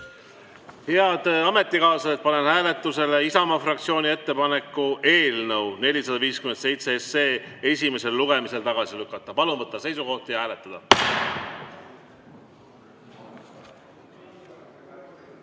Head ametikaaslased, panen hääletusele Isamaa fraktsiooni ettepaneku eelnõu 457 esimesel lugemisel tagasi lükata. Palun võtta seisukoht ja hääletada!